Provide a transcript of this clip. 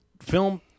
Film